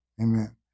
Amen